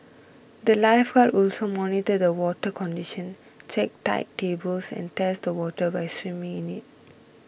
the lifeguard also monitor the water condition check tide tables and test the water by swimming in it